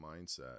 mindset